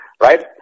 right